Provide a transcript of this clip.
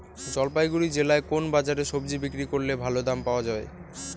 জলপাইগুড়ি জেলায় কোন বাজারে সবজি বিক্রি করলে ভালো দাম পাওয়া যায়?